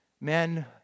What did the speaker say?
men